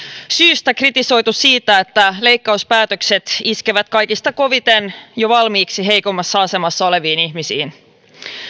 syystä kritisoitu siitä että leikkauspäätökset iskevät kaikista koviten jo valmiiksi heikommassa asemassa oleviin ihmisiin